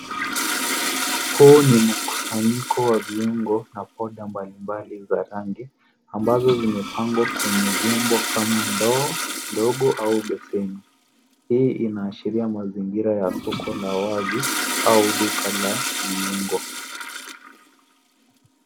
Huu ni mkusanyiko wa viungo na powder mbalimbali za rangi ambazo zimepangwa kwenye vyombo kama ndo ndogo au beseni. Hii inashiria mazingira ya soko la wazi au duka la viungo.